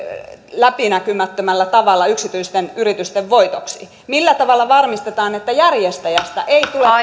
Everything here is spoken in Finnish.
läpinäkymättömällä tavalla yksityisten yritysten voitoksi millä tavalla varmistetaan että järjestäjästä ei tule